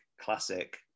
classic